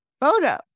photo